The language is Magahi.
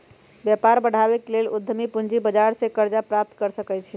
व्यापार बढ़ाबे के लेल उद्यमी पूजी बजार से करजा प्राप्त कर सकइ छै